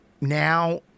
now